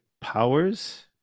powers